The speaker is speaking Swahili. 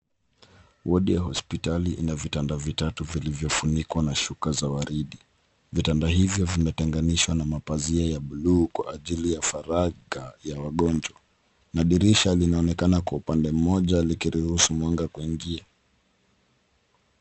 Wodi ya hospitali ina vitanda vitatu vilivyofunikwa na shuka za waridi. Vitanda hivyo vimetenganishwa na mapazia ya blue kwa ajili ya faraga ya wagonjwa na dirisha linaonekana kwa upande moja likiruhusu mwanga kuingia.